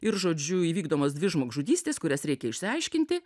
ir žodžiu įvykdomos dvi žmogžudystės kurias reikia išsiaiškinti